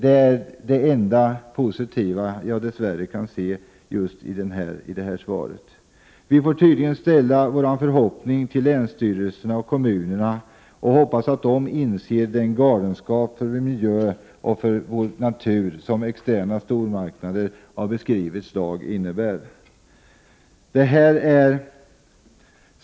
Det är dess värre det enda positiva jag kan se i detta svar. Vi får tydligen ställa vår förhoppning till länsstyrelserna och kommunerna och hoppas att de inser den galenskap för vår miljö och för vår natur som externa stormarknader av beskrivet slag innebär.